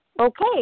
Okay